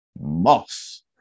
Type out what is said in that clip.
Moss